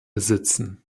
besitzen